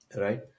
Right